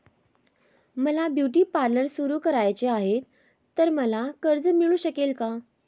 मला beauty parlour सुरू करायचे आहे तर मला कर्ज मिळू शकेल का?